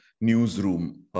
newsroom